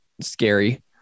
scary